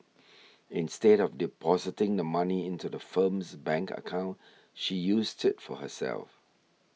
instead of depositing the money into the firm's bank account she used it for herself